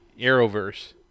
Arrowverse